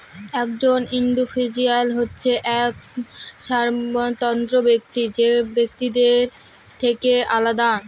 একজন ইন্ডিভিজুয়াল হচ্ছে এক স্বতন্ত্র ব্যক্তি যে বাকিদের থেকে আলাদা